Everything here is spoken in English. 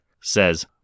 says